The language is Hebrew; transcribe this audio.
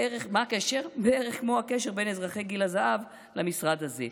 בערך כמו הקשר בין אזרחי גיל הזהב למשרד הזה,